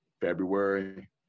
February